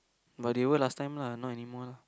but they were last time lah not anymore lah